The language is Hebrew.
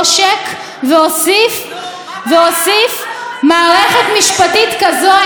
והמרחק בינה לבין צדק הוא כמרחק מזרח ממערב.